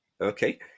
okay